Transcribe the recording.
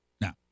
Now